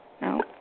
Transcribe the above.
No